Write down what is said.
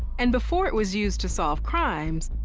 and before it was used to solve crimes,